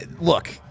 look